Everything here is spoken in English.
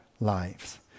lives